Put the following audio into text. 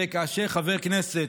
וכאשר חבר כנסת,